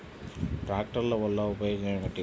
ట్రాక్టర్ల వల్ల ఉపయోగం ఏమిటీ?